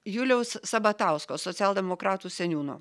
juliaus sabatausko socialdemokratų seniūno